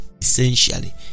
essentially